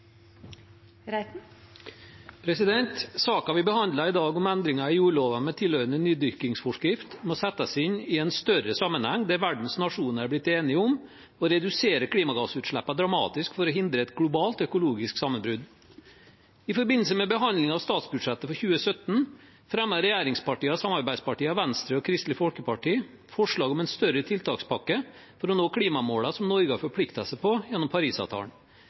Saken vi behandler i dag, om endringer i jordloven med tilhørende nydyrkingsforskrift, må settes inn i en større sammenheng, der verdens nasjoner har blitt enige om å redusere klimagassutslippene dramatisk for å hindre et globalt økologisk sammenbrudd. I forbindelse med behandlingen av statsbudsjettet for 2017 fremmet regjeringspartiene og samarbeidspartiene Venstre og Kristelig Folkeparti forslag om en større tiltakspakke for å nå klimamålene som Norge har forpliktet seg på gjennom Parisavtalen.